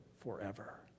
forever